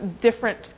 different